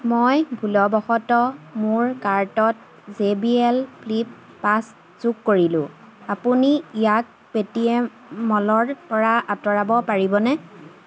মই ভুলবশতঃ মোৰ কাৰ্টত জে বি এল ফ্লিপ পাঁচ যোগ কৰিলোঁ আপুনি ইয়াক পেটিএম মলৰপৰা আঁতৰাব পাৰিবনে